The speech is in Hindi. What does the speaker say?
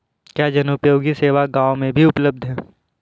क्या जनोपयोगी सेवा गाँव में भी उपलब्ध है?